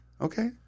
Okay